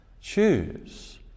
choose